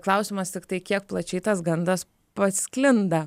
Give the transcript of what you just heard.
klausimas tiktai kiek plačiai tas gandas pasklinda